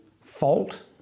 fault